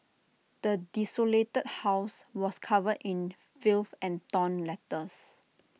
the desolated house was covered in filth and torn letters